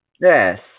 Yes